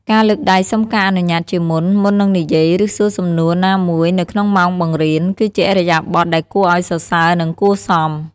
ការ លើកដៃសុំការអនុញ្ញាតជាមុន មុននឹងនិយាយ ឬសួរសំណួរណាមួយនៅក្នុងម៉ោងបង្រៀន គឺជាឥរិយាបថដែលគួរឱ្យសរសើរ និងគួរសម។